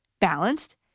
Balanced